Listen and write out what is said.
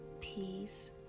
peace